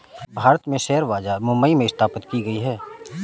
भारत में शेयर बाजार मुम्बई में स्थापित की गयी है